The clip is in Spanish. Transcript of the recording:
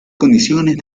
condiciones